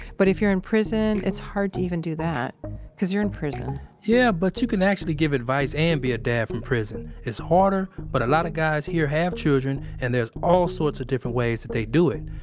but, if you're in prison, it's hard to even do that because you're in prison yeah, but you can actually give advice and be a dad from prison. it's harder, but a lot of guys here have children, and there's all sorts of different ways that they do it.